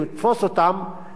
ולכן הם חוזרים על זה.